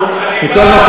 עושה.